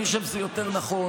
אני חושב שזה יותר נכון.